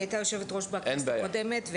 היא הייתה יושבת הראש בכנסת הקודמת,